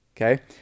okay